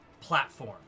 platform